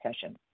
session